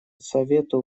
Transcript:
совету